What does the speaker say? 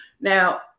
Now